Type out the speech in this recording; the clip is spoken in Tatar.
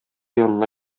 янына